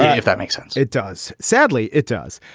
if that makes sense it does. sadly, it does.